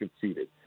conceded